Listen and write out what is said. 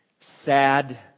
sad